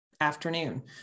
afternoon